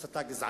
הסתה גזענית.